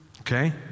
Okay